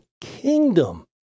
kingdom